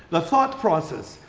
the thought process.